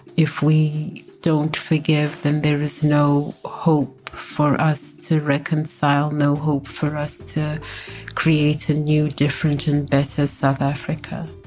if we don't forgive, then there is no hope for us to reconcile. no hope for us to create a new, different and best head south africa